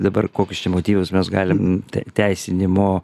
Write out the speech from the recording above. dabar kokius čia motyvus mes galim tei teisinimo